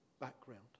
background